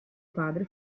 padre